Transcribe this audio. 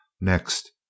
Next